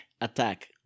attack